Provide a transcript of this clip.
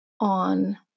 on